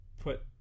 put